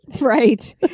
Right